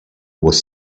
was